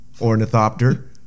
Ornithopter